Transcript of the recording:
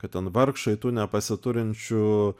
kad ten vargšai tu nepasiturinčių